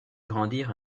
grandir